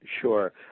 Sure